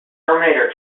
terminator